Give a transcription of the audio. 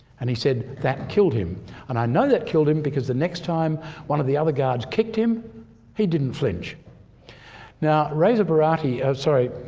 and he said, that killed him and i know that killed him because the next time one of the other guards kicked him he didn't flinch now reza barati sorry,